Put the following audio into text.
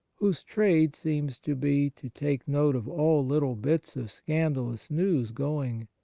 whose trade seems to be to take note of all little bits of scandalous news going,